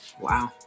Wow